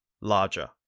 larger